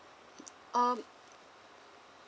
um